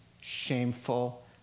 shameful